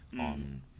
on